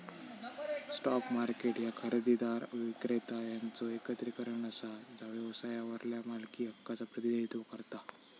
stock market ह्या खरेदीदार, विक्रेता यांचो एकत्रीकरण असा जा व्यवसायावरल्या मालकी हक्कांचा प्रतिनिधित्व करता